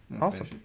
Awesome